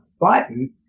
button